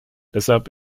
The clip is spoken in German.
deshalb